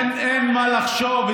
אין מה לחשוב.